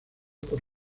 por